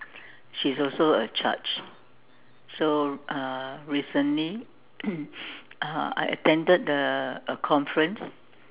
she is also a judge so uh recently uh I attended the a conference